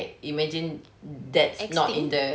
extinct